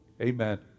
Amen